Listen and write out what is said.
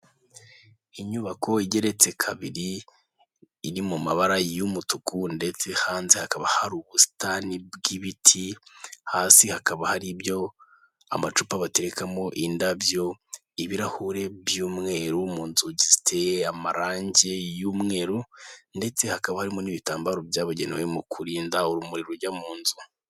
Inyubako igeretse kabiri, iri mu mabara y'umutuku ndetse hanze hakaba hari ubusitani bw'ibiti, hasi hakaba hari ibyo amacupa baterekamo indabyo, ibirahuri by'umweru mu nzugi ziteye amarangi y'umweru ndetse hakaba harimo n'ibitambaro byabugenewe mu kurinda urumuri rujya mu nzu.